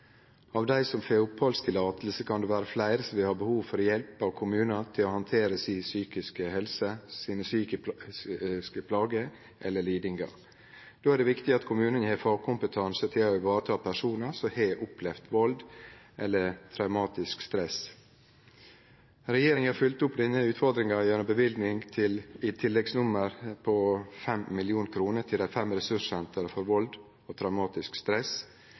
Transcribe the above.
Av dei som får opphaldsløyve, kan det vere fleire som vil ha behov for hjelp av kommunen til å handtere si psykiske helse, sine psykiske plager eller lidingar. Då er det viktig at kommunen har fagkompetanse til å vareta personar som har opplevd vald eller traumatisk stress. Regjeringa har følgt opp denne utfordringa gjennom løyving i tilleggsnummeret på 5 mill. kr til dei fem ressurssentra for vald og traumatisk stress.